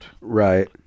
Right